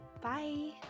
Bye